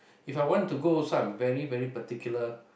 If I want to go also I'm very very particular